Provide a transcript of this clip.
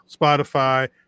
Spotify